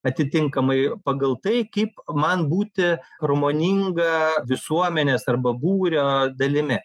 atitinkamai pagal tai kaip man būti harmoninga visuomenės arba būrio dalimi